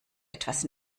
etwas